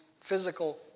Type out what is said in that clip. physical